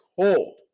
cold